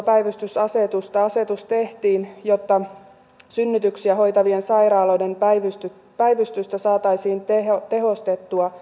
asetus tehtiin jotta synnytyksiä hoitavien sairaaloiden päivystystä saataisiin tehostettua